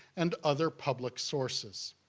and other public sources.